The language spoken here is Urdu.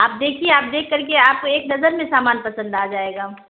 آپ دیکھیے آپ دیکھ کر کے آپ کو ایک ڈزن میں سامان پسند آ جائے گا